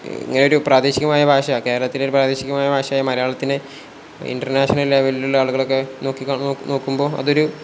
ഇങ്ങനെ ഒരു പ്രാദേശികമായ ഭാഷ കേരളത്തിലെ ഒരു പ്രാദേശികമായ ഭാഷയെ മലയാളത്തിനെ ഇൻറ്റർനാഷണൽ ലെവലിലുള്ള ആളുകളൊക്കെ നോക്കി നോക്കുമ്പോൾ അതൊരു